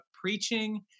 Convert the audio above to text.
preaching